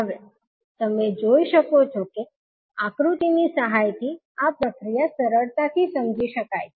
હવે તમે જોઈ શકો છો કે આકૃતિની સહાયથી આ પ્રક્રિયા સરળતાથી સમજી શકાય છે